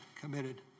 committed